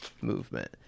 movement